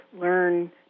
learn